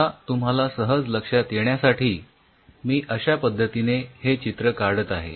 आता तुम्हाला सहज लक्षात येण्यासाठी मी अश्या पद्धतीने हे चित्र काढत आहे